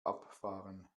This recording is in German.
abfahren